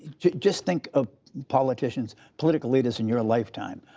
just think of politicians, political leaders in your lifetime,